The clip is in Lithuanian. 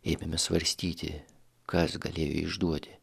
ėmėme svarstyti kas galėjo išduoti